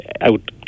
out